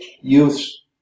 youths